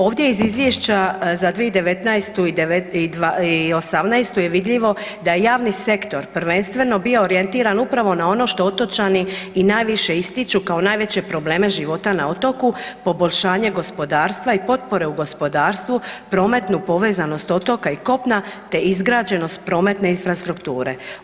Ovdje iz izvješća za 2019. i '18. je vidljivo da javni sektor prvenstveno bio orijentiran upravo na ono što otočani i najviše ističu kao najveće probleme života na otoku, poboljšanje gospodarstva i potpore u gospodarstvu, prometnu povezanost otoka i kopna te izgrađenost prometne infrastrukture.